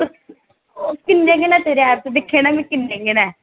किन्ने गै न तेरे एब्स दिक्खे न किन्ने गै न